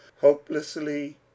hopelessly